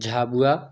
Jhabua